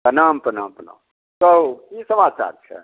प्रणाम प्रणाम प्रणाम कहु की समाचार छै